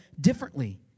differently